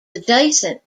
adjacent